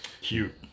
Cute